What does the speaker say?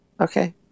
Okay